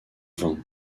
vain